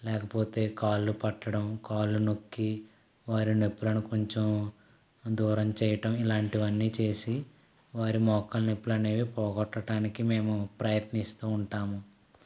లేకపోతే కాళ్లు పట్టడం కాళ్లు నొక్కి వారిన నొప్పులను కొంచెం దూరం చేయటం ఇలాంటివన్నీ చేసి వారి మోకా నొప్పులనేవి పోగొట్టటానికి మేము ప్రయత్నిస్తూ ఉంటాము